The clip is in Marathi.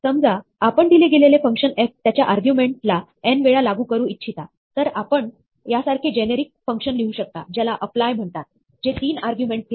समजा आपण दिले गेलेले फंक्शन f त्याच्या आर्ग्युमेंट ला n वेळा लागू करू इच्छिता तरआपण यासारखे एक जेनेरिक फंक्शन लिहू शकता ज्याला अप्लाय म्हणतात जे तीन आर्ग्युमेंटस घेते